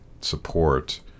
support